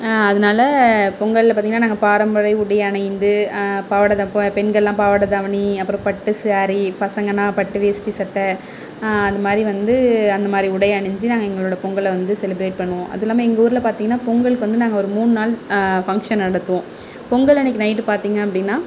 அதனால் பொங்களில் பார்த்திங்ன்னா நாங்கள் பாரம்பரிய உடையை அணிந்து பெண்களாம் பாவாடை தாவணி அப்பறம் பட்டு சாரீ பசங்கள்னா பட்டு வேஸ்டி சட்டை அந்த மாதிரி வந்து அந்த மாதிரி உடையை அணிஞ்சு நாங்கள் எங்களோட பொங்களை வந்து செலிப்ரேட் பண்ணுவோம் அது எல்லாம் எங்கள் ஊரில் பார்த்திங்ன்னா பொங்கலுக்கு வந்து நாங்கள் ஒரு மூணு நாள் ஃபங்ஷன் நடத்துவோம் பொங்கல் அன்னைக்கி நைட்டு பார்த்திங்க அப்படினா